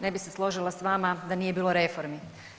Ne bi se složila s vama da nije bilo reformi.